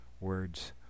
words